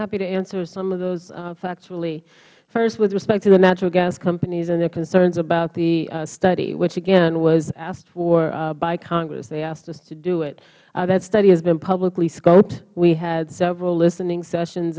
happy to answer some of those factually first with respect to the natural gas companies and their concerns about the study which again was asked for by congressh they asked us to do ith that study has been publicly scoped we had several listening sessions